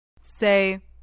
Say